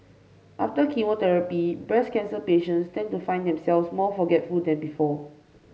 after chemotherapy breast cancer patients tend to find themselves more forgetful than before